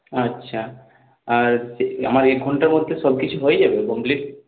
আচ্ছা আর আমার এক ঘণ্টার মধ্যে সবকিছু হয়ে যাবে কমপ্লিট